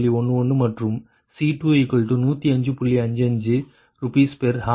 55 Rshr ஐ தீர்ப்போம்